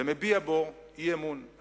ומביע אי-אמון בו.